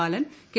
Balan K